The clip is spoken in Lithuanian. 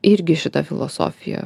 irgi šita filosofija